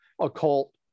occult